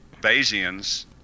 Bayesians